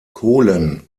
kohlen